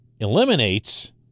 eliminates